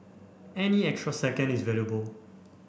any extra second is valuable